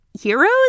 Heroes